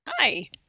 Hi